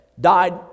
died